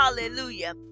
hallelujah